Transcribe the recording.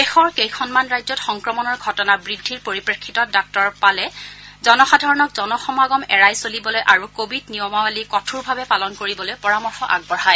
দেশৰ কেইখনমান ৰাজ্যত সংক্ৰমণৰ ঘটনা বৃদ্ধিৰ পৰিপ্ৰেক্ষিতত ডাঃ পালে জনসাধাৰণক জনসমাগম এৰাই চলিবলৈ আৰু কোৱিড নিয়মাৱলী কঠোৰভাৱে পালন কৰিবলৈ পৰামৰ্শ আগবঢ়ায়